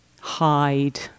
hide